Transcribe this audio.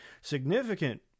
significant